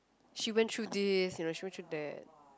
she went through this and also went through that